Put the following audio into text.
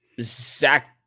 Zach